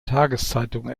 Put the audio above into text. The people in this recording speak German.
tageszeitung